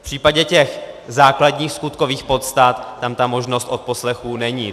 V případě těch základních skutkových podstat tam ta možnost odposlechů není.